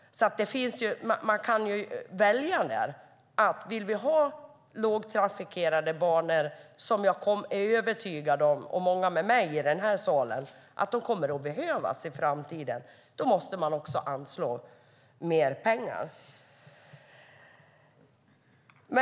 Jag och många med mig i den här salen är övertygade om att dessa banor kommer att behövas i framtiden, men då måste man också anslå mer pengar.